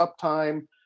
uptime